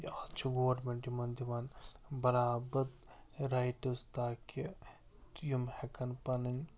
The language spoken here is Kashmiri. آز چھُ گورمٮ۪نٛٹ یِمن دِوان برابر رایٹٕس تاکہِ یِم ہٮ۪کن پنٕنۍ